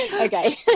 Okay